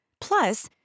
Plus